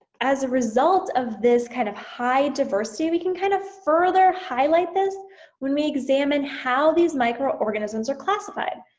as a result of this kind of high diversity we can kind of further highlight this when we examine how these microorganisms are classified.